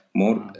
more